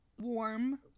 warm